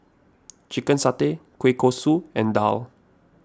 Chicken Satay Kueh Kosui and Daal